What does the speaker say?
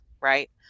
right